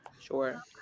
Sure